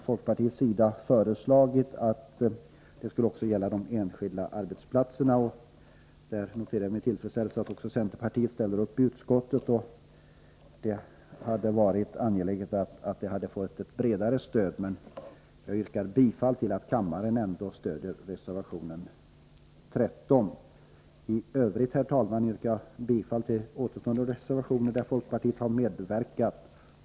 Folkpartiets förslag går ut på att denna försöksverksamhet även skall bedrivas hos enskilda arbetsgivare. Jag noterar med tillfredsställelse att även centerpartiet i utskottet ställer sig bakom det förslaget. Det hade dock varit angeläget med ett än bredare uppslutning. Jag yrkar bifall till reservation 13 och hoppas att kammaren ger sitt stöd åt den. Jag yrkar, herr talman, vidare bifall till återstående reservationer i vilka folkpartiet har medverkat.